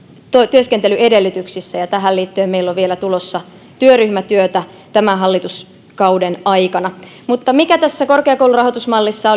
työskentelyedellytyksissä ja tähän liittyen on vielä tulossa työryhmätyötä tämän hallituskauden aikana mutta mikä tässä korkeakoulurahoitusmallissa